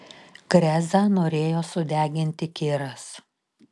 krezą norėjo sudeginti kiras